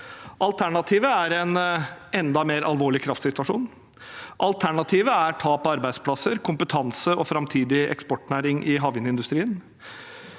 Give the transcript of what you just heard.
Alternativet er en enda mer alvorlig kraftsituasjon. Alternativet er tap av arbeidsplasser, kompetanse og framtidig eksportnæring i havvindindustrien.